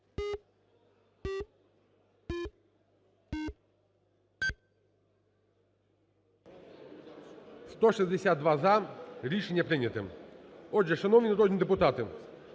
За-162 Рішення прийнято. Отже, шановні народні депутати,